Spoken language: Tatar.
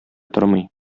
тормый